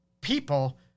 people